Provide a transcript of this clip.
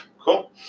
cool